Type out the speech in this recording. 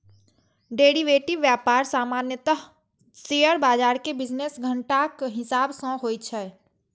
derivative व्यापार सामान्यतः share बाजार के बिजनेस घंटाक हिसाब सं होइ छै